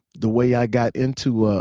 the way i got into ah